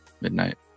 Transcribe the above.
midnight